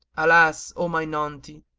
alas, o my naunty,